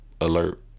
alert